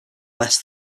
less